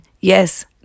yes